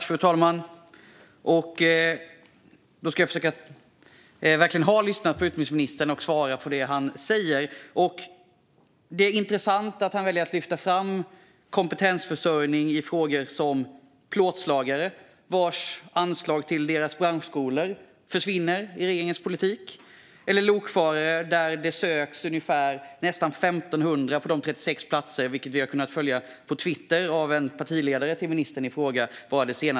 Fru talman! Jag har verkligen lyssnat på utbildningsministern, och jag ska svara på vad han har sagt. Det är intressant att han väljer att lyfta fram kompetensförsörjning i frågor om plåtslagare vars anslag till deras branschskolor försvinner i regeringens politik eller lokförare där det finns nästan 1 500 sökande till 36 platser. Detta har vi bara under det senaste dygnet kunnat följa på Twitter av en partiledare till ministern i fråga.